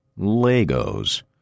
Legos